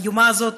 האיומה הזאת,